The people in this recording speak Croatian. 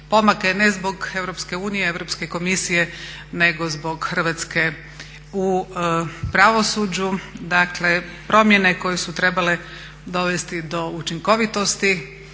pomake, ne zbog EU i Europske komisije nego zbog Hrvatske u pravosuđu, dakle promjene koje su trebale dovesti do učinkovitosti